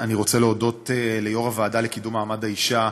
אני רוצה להודות ליו"ר הוועדה לקידום מעמד האישה,